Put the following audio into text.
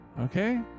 okay